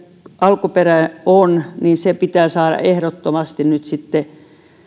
alkuperä on pitää saada ehdottomasti nyt